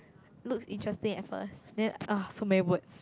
looks interesting at first then ah so many words